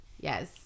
Yes